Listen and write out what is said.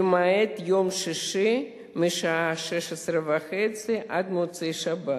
למעט יום שישי משעה 16:30 עד מוצאי שבת.